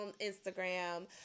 Instagram